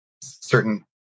certain